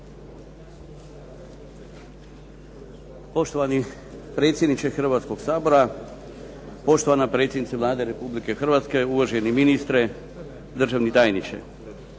Poštovani predsjedniče Hrvatskog sabora, poštovana predsjednice Vlade Republike Hrvatske, uvaženi ministre, državni tajniče.